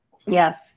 Yes